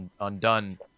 undone